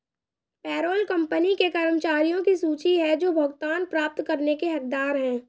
payroll company के कर्मचारियों की सूची है जो भुगतान प्राप्त करने के हकदार हैं